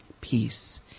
peace